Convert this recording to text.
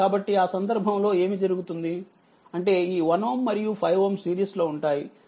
కాబట్టిఆసందర్భంలో ఏమిజరుగుతుంది అంటేఈ1Ωమరియు5Ω సిరీస్ లో ఉంటాయి